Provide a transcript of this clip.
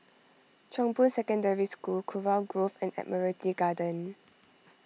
Chong Boon Secondary School Kurau Grove and Admiralty Garden